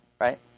Right